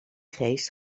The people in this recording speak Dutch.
geest